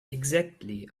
exactly